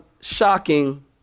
shocking